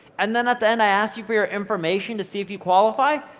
and then at the end, i ask you for your information to see if you qualify?